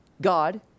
God